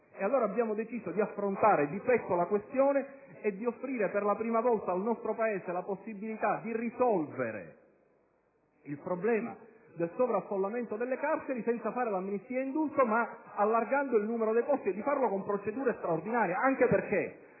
Allora, abbiamo deciso di affrontare di petto la questione e di offrire, per la prima volta, al nostro Paese la possibilità di risolvere il problema del sovraffollamento delle carceri senza ricorrere all'amnistia e all'indulto, ma ampliando il numero dei posti, e di farlo con procedure straordinarie, anche perché